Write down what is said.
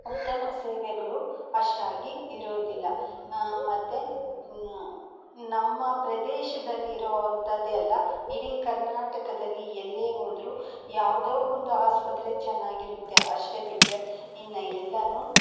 ಉತ್ತಮ ಸೇವೆಗಳು ಅಷ್ಟಾಗಿ ಇರೋದಿಲ್ಲ ಮತ್ತೆ ಬ ನಮ್ಮ ಪ್ರದೇಶದಲ್ಲಿ ಇರುವಂಥದ್ದೆಲ್ಲ ಇಡೀ ಕರ್ನಾಟಕದಲ್ಲಿ ಎಲ್ಲೇ ಹೋದರೂ ಯಾವುದೋ ಒಂದು ಆಸ್ಪತ್ರೆ ಚೆನ್ನಾಗಿರುತ್ತೆ ಅಷ್ಟೇ ಬಿಟ್ಟರೆ ಇನ್ನು ಎಲ್ಲವೂ